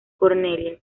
cornelia